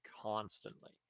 constantly